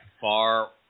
far